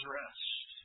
rest